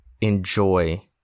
enjoy